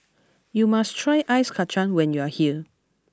you must try Ice Kachang when you are here